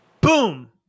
boom